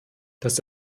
das